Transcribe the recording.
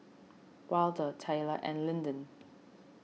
Waldo Tayler and Lyndon